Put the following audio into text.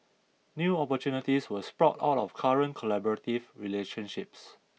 new opportunities will sprout all out of current collaborative relationships